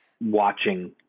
watching